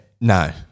No